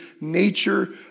nature